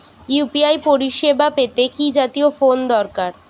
UPI পরিসেবা পেতে কি জাতীয় ফোন দরকার?